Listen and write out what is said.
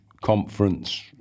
conference